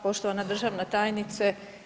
Poštovana državna tajnice.